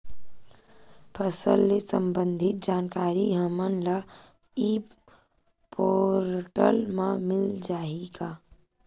फसल ले सम्बंधित जानकारी हमन ल ई पोर्टल म मिल जाही का?